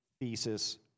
thesis